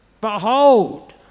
Behold